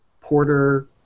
Porter